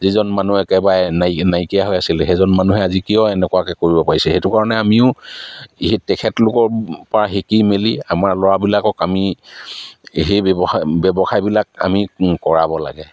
যিজন মানুহ একেবাৰে নাইকিয়া হৈ আছিলে সেইজন মানুহে আজি কিয় এনেকুৱাকৈ কৰিব পাৰিছে সেইটো কাৰণে আমিও সেই তেখেতলোকৰপৰা শিকি মেলি আমাৰ ল'ৰাবিলাকক আমি সেই ব্যৱসায় ব্যৱসায়বিলাক আমি কৰাব লাগে